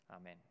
Amen